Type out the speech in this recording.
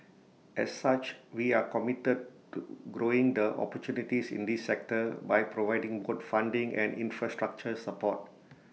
as such we are committed to growing the opportunities in this sector by providing both funding and infrastructure support